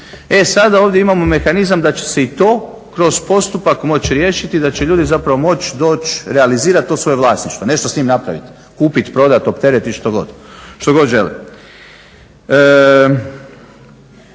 E sada ovdje imamo mehanizam da će se i to kroz postupak moći riješiti i da će ljudi zapravo moći doći realizirati to svoje vlasništvo, nešto s tim napraviti, kupit, prodat, opteretit što god žele.